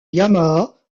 yamaha